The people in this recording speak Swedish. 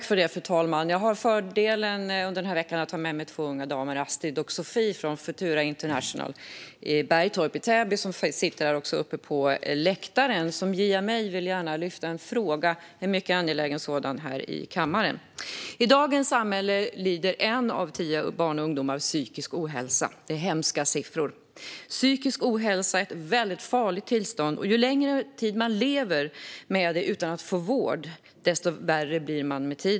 Fru talman! Jag har förmånen att under den här veckan ha med mig två unga damer, Astrid och Sofie från Futuraskolan International Bergtorp i Täby. De sitter uppe på läktaren och vill via mig gärna lyfta en mycket angelägen fråga här i kammaren. I dagens samhälle lider en av tio av alla barn och ungdomar av psykisk ohälsa. Det är hemska siffror. Psykisk ohälsa är ett väldigt farligt tillstånd, och ju längre tid man lever med det utan att få vård, desto sämre blir man.